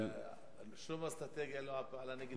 ששום אסטרטגיה לא פעלה נגד הטילים.